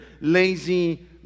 lazy